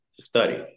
study